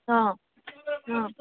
অঁ অঁ